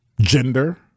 Gender